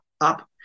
up